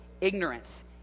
ignorance